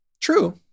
True